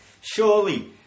Surely